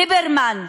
ליברמן,